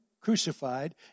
crucified